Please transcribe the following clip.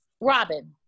Robin